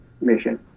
mission